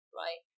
right